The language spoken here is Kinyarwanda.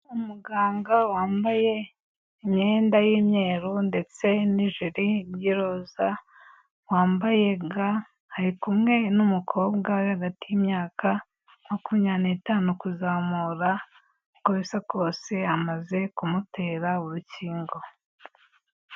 Umuganga wambaye imyenda y'imweru ndetse n'ijiri by'iroza, wambaye ga, ari kumwe n'umukobwa uri hagati y'imyaka, makumyabiri n'itanu kuzamura, uko bisa kose amaze kumutera urukingo.